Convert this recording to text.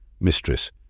mistress